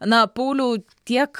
na pauliau tiek